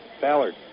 Ballard